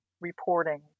reporting